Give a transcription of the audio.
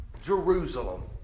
Jerusalem